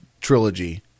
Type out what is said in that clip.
trilogy